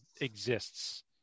exists